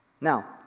Now